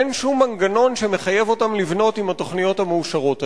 אין שום מנגנון שמחייב אותם לבנות עם התוכניות המאושרות האלה,